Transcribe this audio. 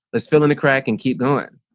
let's fill in the crack and keep going.